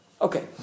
Okay